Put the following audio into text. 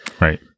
Right